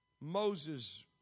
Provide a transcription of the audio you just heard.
Moses